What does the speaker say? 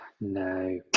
No